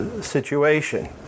situation